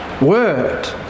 word